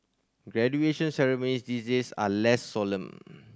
graduation ceremony these days are less solemn